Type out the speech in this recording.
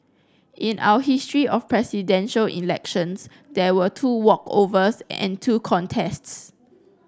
in our history of Presidential Elections there were two walkovers and two contests